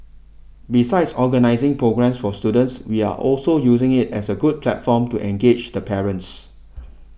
besides organising programmes for students we are also using it as a good platform to engage the parents